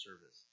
service